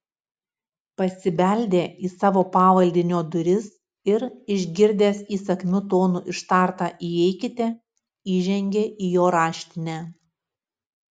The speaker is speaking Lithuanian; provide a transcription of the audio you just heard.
pasibeldė į savo pavaldinio duris ir išgirdęs įsakmiu tonu ištartą įeikite įžengė į jo raštinę